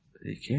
Okay